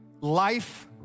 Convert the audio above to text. life